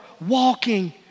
walking